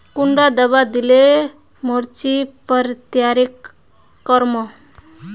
कुंडा दाबा दिले मोर्चे पर तैयारी कर मो?